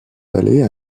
allées